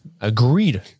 Agreed